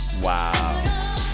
Wow